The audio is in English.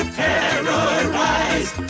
terrorize